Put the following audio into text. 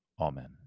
Amen